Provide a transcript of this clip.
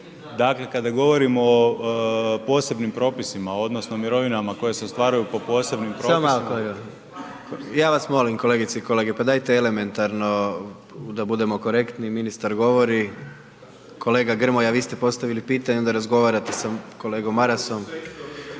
Dakle, kada govorimo o posebnim propisima odnosno mirovinama koje se ostvaruju po posebnim propisima …/Upadica: Samo malo …/ **Jandroković, Gordan (HDZ)** … ja vam kolegice i kolege, pa dajte elementarno da budemo korektni, ministar govori, kolega Grmoja vi ste postavili pitanje i onda razgovarate sa kolegom Marasom.